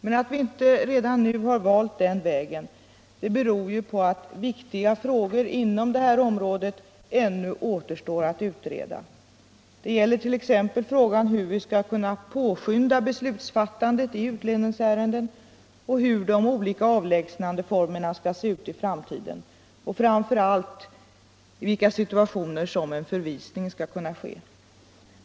Men att vi inte redan nu har valt den vägen beror på att viktiga frågor på detta område ännu återstår att utreda. Det gäller t.ex. frågan om hur vi skall kunna påskynda beslutsfattandet i utlänningsärenden och hur de olika avlägsnandeformerna skall se ut i framtiden, framför allt i vilka situationer en förvisning skall kunna ske.